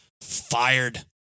fired